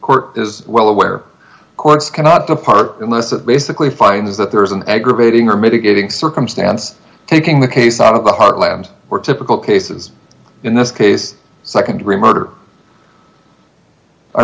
court is well aware courts cannot the park unless it basically find is that there is an aggravating or mitigating circumstance taking the case out of the heartland were typical cases in this case nd degree murder i